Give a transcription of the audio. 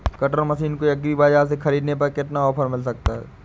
Cutter machine को agri बाजार से ख़रीदने पर कितना ऑफर मिल सकता है?